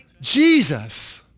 Jesus